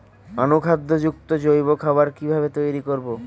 অনুখাদ্য যুক্ত জৈব খাবার কিভাবে তৈরি করব?